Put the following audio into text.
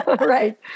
Right